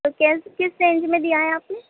تو کیس کس رینج میں دیا ہے آپ نے